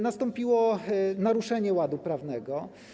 Nastąpiło naruszenie ładu prawnego.